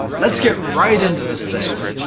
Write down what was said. let's get right into this thing!